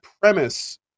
premise